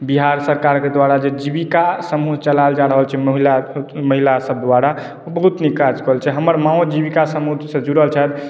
बिहार सरकारके द्वारा जे जीविका समूह चलायल जा रहल अछि महिला महिलासभ द्वारा ओ बहुत नीक काज कऽ रहल छै हमर माँओ जीविका समूहसँ जुड़ल छथि